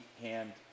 hand